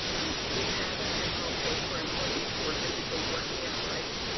um we've had additional pay for employees who are physically working at a site,